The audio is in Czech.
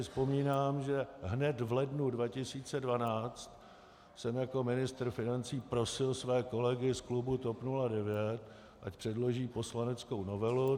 Vzpomínám si, že hned v lednu 2012 jsem jako ministr financí prosil své kolegy z klubu TOP 09, ať předloží poslaneckou novelu.